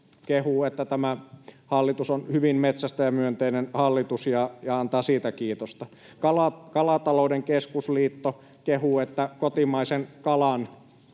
kehuu, että tämä hallitus on hyvin metsästäjämyönteinen hallitus, ja antaa siitä kiitosta. Kalatalouden Keskusliitto kehuu, että kotimaisen kalan